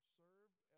served